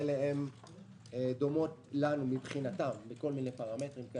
שדומות לנו מבחינתם בכל מיני פרמטרים.